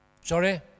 Sorry